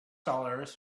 dollars